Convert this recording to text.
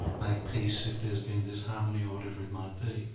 make peace if there's been disharmony or whatever it might be,